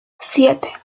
siete